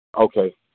Okay